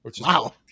Wow